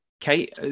Kate